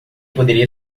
poderia